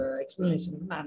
explanation